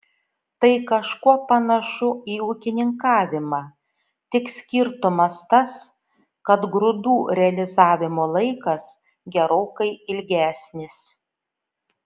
tai kažkuo panašu į ūkininkavimą tik skirtumas tas kad grūdų realizavimo laikas gerokai ilgesnis